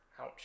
Ouch